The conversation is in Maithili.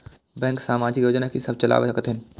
बैंक समाजिक योजना की सब चलावै छथिन?